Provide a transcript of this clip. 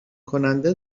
کننده